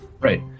Right